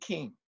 King